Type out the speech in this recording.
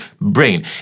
brain